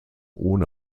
ohne